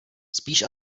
spíš